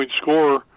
scorer